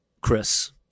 chris